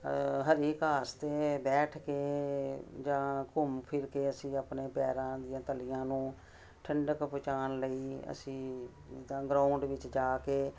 ਹਰੀ ਘਾਸ 'ਤੇ ਬੈਠ ਕੇ ਜਾਂ ਘੁੰਮ ਫਿਰ ਕੇ ਅਸੀਂ ਆਪਣੇ ਪੈਰਾਂ ਦੀਆਂ ਤਲੀਆਂ ਨੂੰ ਠੰਡਕ ਪਹੁੰਚਾਉਣ ਲਈ ਅਸੀਂ ਜਿੱਦਾਂ ਗਰਾਊਂਡ ਵਿੱਚ ਜਾ ਕੇ